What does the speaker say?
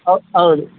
ಔ ಹೌದು